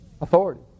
authority